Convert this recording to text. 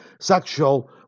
sexual